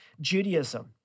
Judaism